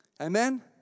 Amen